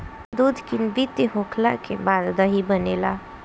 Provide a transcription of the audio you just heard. दूध किण्वित होखला के बाद दही बनेला